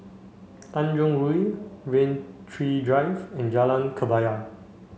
Tanjong Rhu Rain Tree Drive and Jalan Kebaya